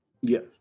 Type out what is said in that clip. yes